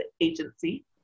Agency